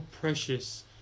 precious